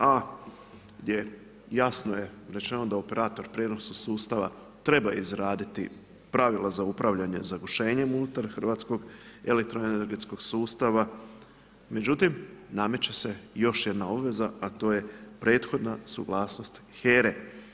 A, gdje jasno je rečeno da operator prijenosa sustava, treba izraditi pravila za upravljanje zagušenje unutar Hrvatskog elektroenergetskog sustava, međutim, nameće se još jedna obveza, a to je prethodna suglasnost HERA-e.